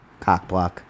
Cockblock